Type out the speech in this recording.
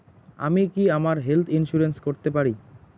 আমি কি আমার হেলথ ইন্সুরেন্স করতে পারি?